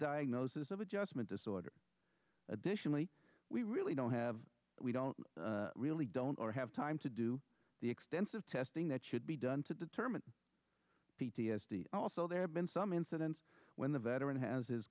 diagnosis of adjustment disorder additionally we really don't have we don't really don't have time to do the extensive testing that should be done to determine p t s d also there have been some incidents when the veteran has his